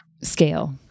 Scale